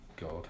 God